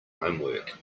homework